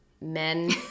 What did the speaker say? Men